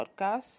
podcast